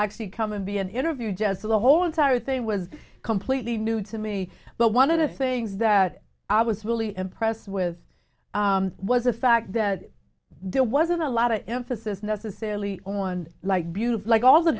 actually come and be an interview just so the whole entire thing was completely new to me but one of the things that i was really impressed with was the fact that there wasn't a lot of emphasis necessarily on like buz like all the